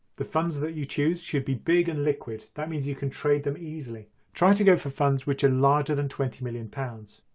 the funds that you choose should be big and liquid that means you can trade them easily, try to go for funds which are larger than twenty million pounds.